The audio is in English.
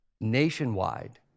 nationwide